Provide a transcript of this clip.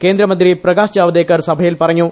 കേന്ദ്രമന്ത്രി പ്രകാശ് ജാവദേക്കർ സഭയിൽ പറഞ്ഞു